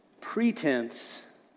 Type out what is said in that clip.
Pretense